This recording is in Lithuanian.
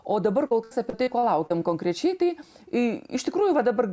o dabar kol kas apie tai ko laukiam konkrečiai tai iš tikrųjų va dabar